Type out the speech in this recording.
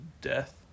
death